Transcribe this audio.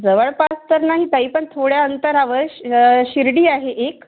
जवळपास तर नाही ताई पण थोड्या अंतरावर शिर्डी आहे एक